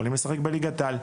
בליגת העל,